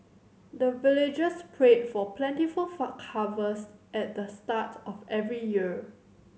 the villagers pray for plentiful harvest at the start of every year